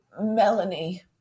Melanie